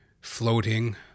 floating